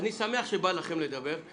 אני שמח שבא לכם לדבר.